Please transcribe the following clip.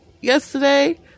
yesterday